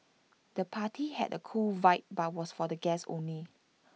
the party had A cool vibe but was for the guests only